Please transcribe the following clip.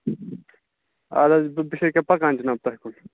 آدٕ حظ بہٕ بہٕ چھُس ییٚکیٛاہ پَکان جِناب تۄہہِ کُن